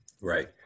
Right